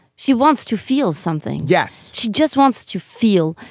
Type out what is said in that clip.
she wants to feel something. yes. she just wants to feel.